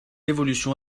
évolution